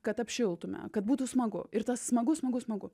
kad apšiltume kad būtų smagu ir tas smagu smagu smagu